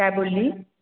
काय बोलली